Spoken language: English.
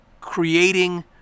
creating